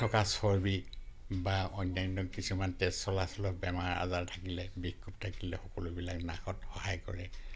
থকা চৰ্বি বা অন্যান্য কিছুমান তেজ চলাচলৰ বেমাৰ আজাৰ থাকিলে বিষ থাকিলে সকলোবিলাক নাশত সহায় কৰে